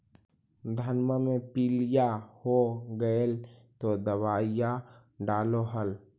धनमा मे पीलिया हो गेल तो दबैया डालो हल?